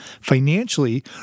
Financially